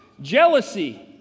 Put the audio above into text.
Jealousy